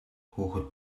хүүхэд